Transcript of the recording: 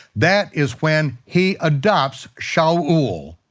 that is when he adopts shaul,